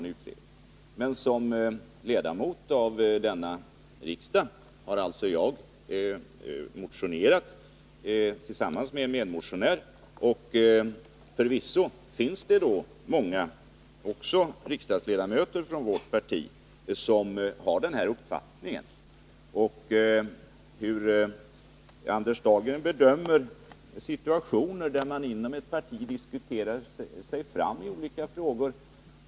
Jag har dock som ledamot av riksdagen motionerat, tillsammans med en annan ledamot, och det finns förvisso många andra, också riksdagsledamöter, från vårt parti som har samma uppfattning som den vi har fört fram. Sedan må Anders Dahlgren själv få bedöma situationer där man inom ett parti diskuterar sig fram i olika frågor.